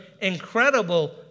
incredible